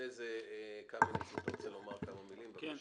ארז קמיניץ, בבקשה.